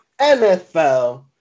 NFL